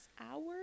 hours